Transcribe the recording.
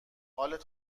حالت